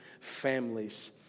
families